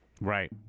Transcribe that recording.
Right